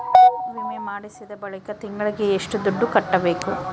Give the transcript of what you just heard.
ವಿಮೆ ಮಾಡಿಸಿದ ಬಳಿಕ ತಿಂಗಳಿಗೆ ಎಷ್ಟು ದುಡ್ಡು ಕಟ್ಟಬೇಕು?